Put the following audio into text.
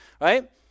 Right